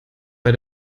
bei